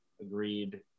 agreed